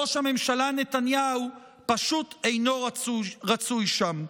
ראש הממשלה נתניהו, פשוט אינו רצוי שם.